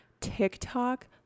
TikTok